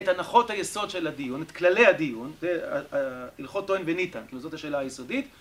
את הנחות היסוד של הדיון, את כללי הדיון, זה הלכות טוען וניתן, כי זאת השאלה היסודית.